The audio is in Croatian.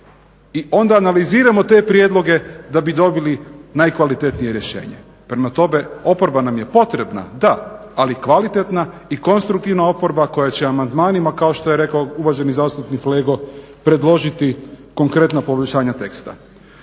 i onda analiziramo te prijedloge da bi dobili najkvalitetnije rješenje. Prema tome, oporba nam je potrebna da, ali kvalitetna i konstruktivna oporba koja će amandmanima kao što je rekao uvaženi zastupnik Flego predložiti konkretna poboljšanja teksta.